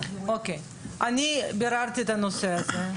אני ביררתי את הנושא הזה.